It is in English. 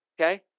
okay